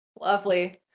Lovely